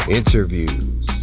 interviews